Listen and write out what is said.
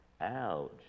ouch